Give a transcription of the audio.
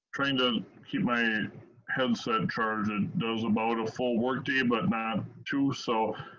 trying to keep my head set charged. it does about a full work day, but not two, so,